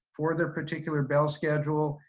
for their particular bell schedule,